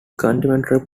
contemporary